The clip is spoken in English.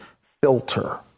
filter